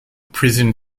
prison